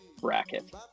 bracket